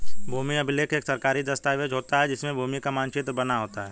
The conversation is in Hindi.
भूमि अभिलेख एक सरकारी दस्तावेज होता है जिसमें भूमि का मानचित्र बना होता है